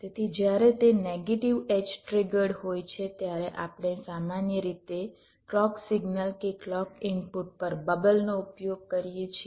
તેથી જ્યારે તે નેગેટિવ એડ્જ ટ્રિગર્ડ હોય છે ત્યારે આપણે સામાન્ય રીતે ક્લૉક સિગ્નલ કે કલૉક ઇનપુટ પર બબલ નો ઉપયોગ કરીએ છીએ